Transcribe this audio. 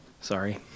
sorry